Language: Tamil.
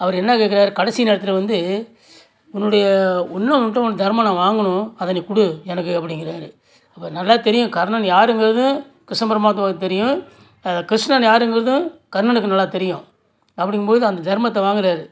அவரு என்ன கேட்கறாரு கடைசி நேரத்தில் வந்து உன்னோடைய இன்னும் உன்ட்ட உன் தருமம் நான் வாங்கணும் அதை நீ கொடு எனக்கு அப்படிங்கிறாரு அவர் நல்லா தெரியும் கர்ணன் யாருங்கிறது கிருஷ்ண பரமாத்மாவுக்கு தெரியும் அதே கிருஷ்ணன் யாருங்கிறதும் கர்ணனுக்கு நல்லா தெரியும் அப்படிங்கும்போது அந்த தருமத்தை வாங்குறாரு